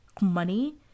money